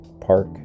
Park